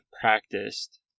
practiced